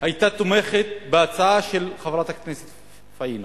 תומכת בהצעה של חברת הכנסת פאינה